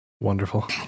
Wonderful